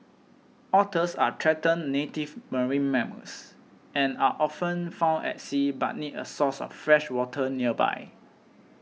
otters are threatened native marine mammals and are often found at sea but need a source of fresh water nearby